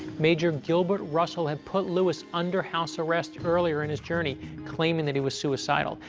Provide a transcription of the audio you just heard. major gilbert russell had put lewis under house arrest earlier in his journey claiming that he was suicidal.